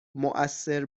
موثر